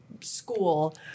school